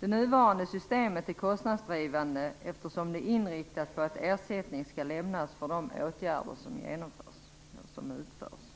Det nuvarande systemet är kostnadsdrivande eftersom det är inriktat på att ersättning skall lämnas för de åtgärder som utförs.